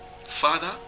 father